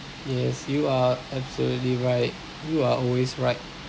yes you are absolutely right you are always right